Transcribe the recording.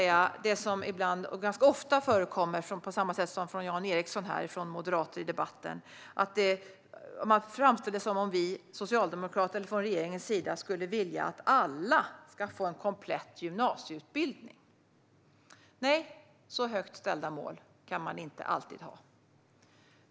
Ganska ofta framställer moderater i debatten, liksom nu Jan Ericson, det som att regeringen vill att alla ska få en komplett gymnasieutbildning. Nej, så högt ställda mål kan man inte alltid ha.